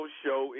show